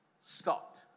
stopped